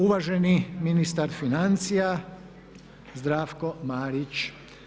Uvaženi ministar financija Zdravko Marić.